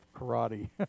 karate